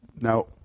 Now